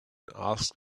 asked